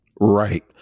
Right